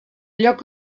lloc